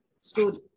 story